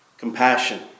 compassion